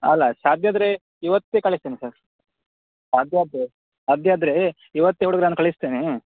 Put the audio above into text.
ಅಲ್ಲ ಸಾಧ್ಯಾದ್ರೆ ಇವತ್ತೆ ಕಳಿಸ್ತೇನೆ ಸರ್ ಸಾಧ್ಯಾದ್ರೆ ಸಾಧ್ಯಾದ್ರೇ ಇವತ್ತೆ ಹುಡುಗ್ರನ್ನು ಕಳಿಸ್ತೇನೆ